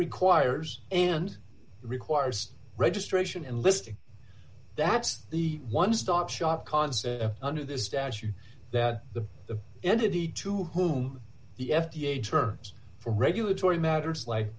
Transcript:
requires and requires registration and listing that's the one stop shop concept under this statute that the the entity to whom the f d a turns for regulatory matters like